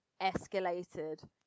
escalated